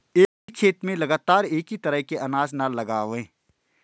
एक खेत में लगातार एक ही तरह के अनाज न लगावें